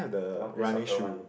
the one play soccer one